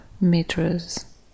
meters